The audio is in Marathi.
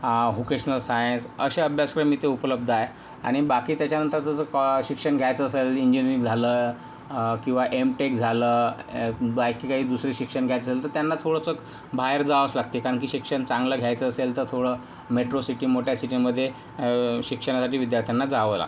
होकेशनल सायन्स असे अभ्यासक्रम इथे उपलब्ध आहे आणि बाकी त्याच्यानंतर जसं कॉ शिक्षण घ्यायचं असेल इंजीनारिंग झालं किंवा एम टेक झालं बाकी काही दुसरं शिक्षण घ्यायचं असेल तर त्यांना थोडंसं बाहेर जावंच लागते कारण की शिक्षण चांगलं घ्यायचं असले तर थोडं मेट्रो सिटी मोठ्या सिटीमध्ये शिक्षणासाठी विद्यार्थ्यांना जावं लागतं